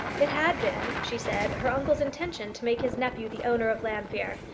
it had been, she said, her uncle's intention to make his nephew the owner of llanfeare,